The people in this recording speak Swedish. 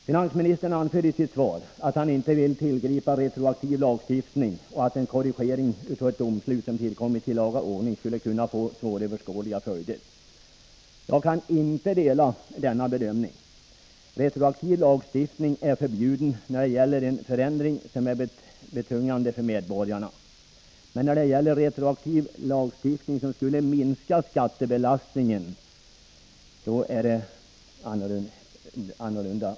Finansministern anför i sitt svar att han inte vill tillgripa retroaktiv lagstiftning och att en korrigering av ett domslut som tillkommit i laga ordning skulle kunna få svåröverskådliga följder. Jag kan inte dela denna bedömning. Retroaktiv lagstiftning är förbjuden när det gäller en förändring som är betungande för medborgarna. Men när det gäller en retroaktiv lagstiftning som skulle minska skattebelastningen är det annorlunda.